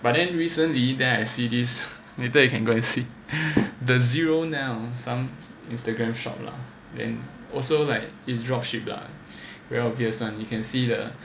but then recently then I see this later you can go and see the zero now some Instagram shop lah then also like it's drop ship lah very obvious [one] you can see the